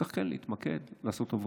צריך להתמקד ולעשות עבודה.